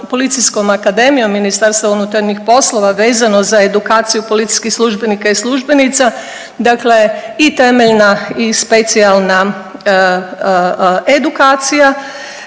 Policijskom akademijom, Ministarstvom unutarnjih poslova vezano za edukaciju policijskih službenika i službenica, dakle i temeljna i specijalna edukacija,